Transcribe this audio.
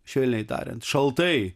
švelniai tariant šaltai